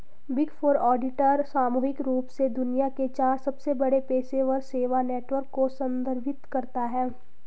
big four auditor सामूहिक रूप से दुनिया के चार सबसे बड़े पेशेवर सेवा नेटवर्क को संदर्भित करता है